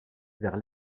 vers